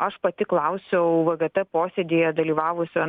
aš pati klausiau vgt posėdyje dalyvavusio